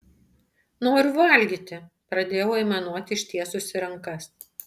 noriu valgyti pradėjau aimanuoti ištiesusi rankas